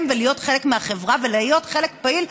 ולהיות חלק מהחברה ולהיות חלק פעיל.